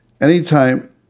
anytime